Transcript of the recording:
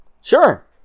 Sure